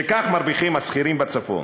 שכך מרוויחים השכירים בצפון.